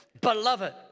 Beloved